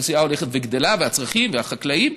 האוכלוסייה הולכת וגדלה והצרכים והחקלאים,